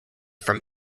from